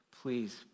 please